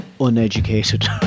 uneducated